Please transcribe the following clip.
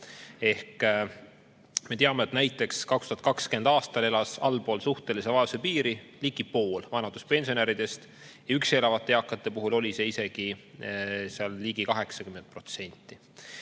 Me teame, et näiteks 2020. aastal elas allpool suhtelise vaesuse piiri ligi pool vanaduspensionäridest ja üksi elavate eakate puhul oli neid isegi ligi 80%.